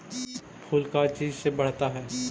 फूल का चीज से बढ़ता है?